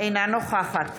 אינה נוכחת